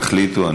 תחליטו.